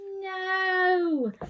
No